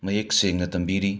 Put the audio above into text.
ꯃꯌꯦꯛ ꯁꯦꯡꯅ ꯇꯝꯕꯤꯔꯤ